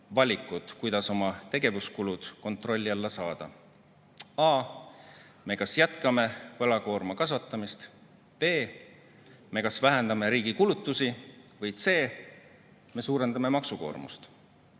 valikut, kuidas oma tegevuskulud kontrolli alla saada: a) me kas jätkame võlakoorma kasvatamist, b) me vähendame riigi kulutusi või c) me suurendame maksukoormust.